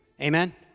Amen